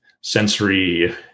sensory